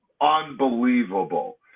unbelievable